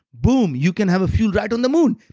boom. you can have fuel right on the moon,